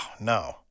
no